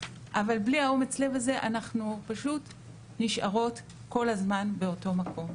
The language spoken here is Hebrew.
אבל בלי אומץ הלב הזה אנחנו פשוט נשארות כל הזמן באותו מקום.